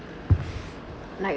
like